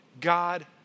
God